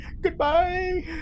Goodbye